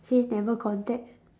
see never contact